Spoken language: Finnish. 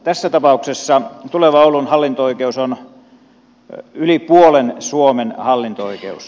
tässä tapauksessa tuleva oulun hallinto oikeus on yli puolen suomen hallinto oikeus